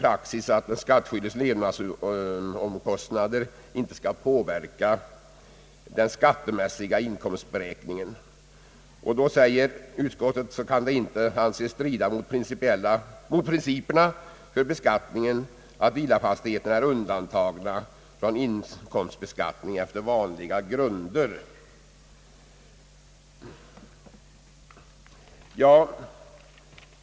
Eftersom den skattskyldiges levnadskostnader enligt praxis inte ansetts böra påverka den skattemässiga inkomstberäkningen, kan det enligt utskottets mening inte anses strida mot principerna för beskattningen att villafastigheterna är undantagna från inkomstbeskattningen enligt vanliga grunder.